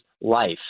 life